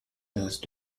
those